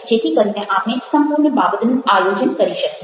જેથી કરીને આપણે સંપૂર્ણ બાબતનું આયોજન કરી શકીએ